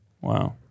Wow